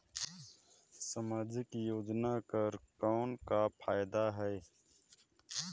समाजिक योजना कर कौन का फायदा है?